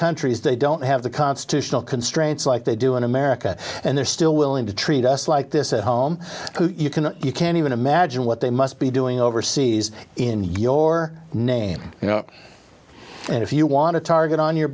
countries they don't have the constitutional constraints like they do in america and they're still willing to treat us like this at home you can you can even imagine what they must be doing overseas in your name you know and if you want a target on your